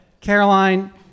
Caroline